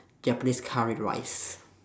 japanese curry rice